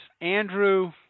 Andrew